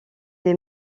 des